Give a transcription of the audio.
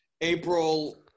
April –